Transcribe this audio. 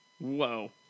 Whoa